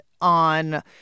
on